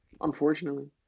unfortunately